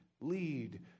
lead